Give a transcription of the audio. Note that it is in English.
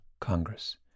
Congress